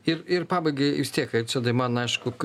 ir ir pabaigai vis tiek čia tai man aišku